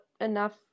enough